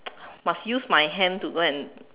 must use my hand to go and